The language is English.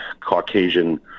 Caucasian